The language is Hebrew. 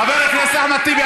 חבר הכנסת אחמד טיבי,